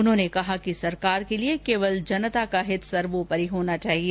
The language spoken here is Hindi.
उन्होंने कहा कि सरकार के लिए सिर्फ जनता का हित सर्वोपरी होना चाहिए